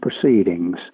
Proceedings